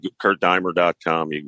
KurtDimer.com